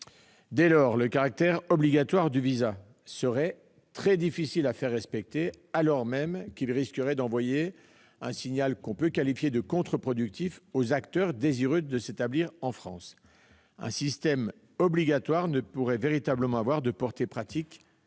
territoire. Le caractère obligatoire du visa serait très difficile à faire respecter, alors même qu'il risquerait d'envoyer un signal que l'on pourrait qualifier de « contreproductif » aux acteurs désireux de s'établir en France. Un système obligatoire ne pourrait véritablement avoir, me semble-t-il, de portée pratique